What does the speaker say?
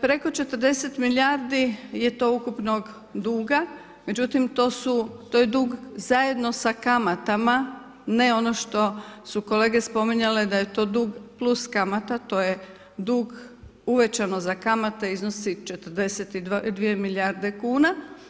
Preko 40 milijardi je to ukupnog duga, međutim, to je dug zajedno sa kamatama, ne ono što su kolege spominjale da je to dug plus kamata, to je dug uvećano za kamate i iznosi 42 milijardi kuna.